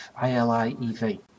I-L-I-E-V